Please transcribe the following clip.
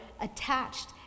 attached